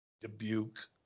Dubuque